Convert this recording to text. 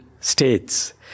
states